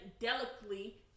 delicately